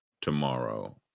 tomorrow